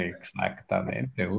Exactamente